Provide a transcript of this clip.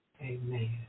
Amen